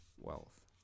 wealth